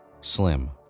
slim